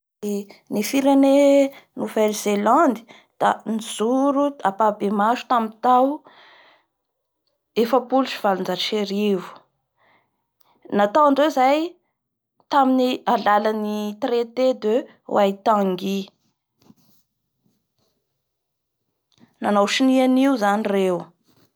Ny firene Nouvelle-Zelande da nijoro ampabemaso tamin'ny tao efapolo sy valonjato sy arivo nataondreo zay tamin'ny alalan'ny traite de WAITANGY. Nanao sonia an'io zany reo.